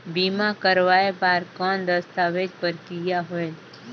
बीमा करवाय बार कौन दस्तावेज प्रक्रिया होएल?